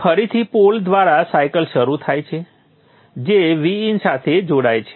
પછી ફરીથી પોલ દ્વારા સાયકલ શરૂ થાય છે જે Vin સાથે જોડાય છે